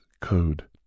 code